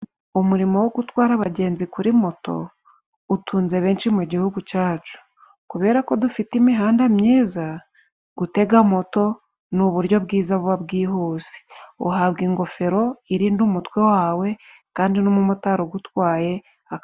Umurimo wo gutwara abagenzi kuri moto utunze benshi mu gihugu cyacu kubera ko dufite imihanda myiza gutega moto ni uburyo bwiza buba bwihuse uhabwa ingofero irindade umutwe wawe kandi n'umumotari ugutwaye.